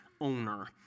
owner